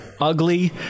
ugly